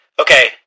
Okay